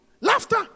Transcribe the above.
Laughter